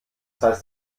heißt